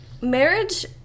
Marriage